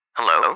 Hello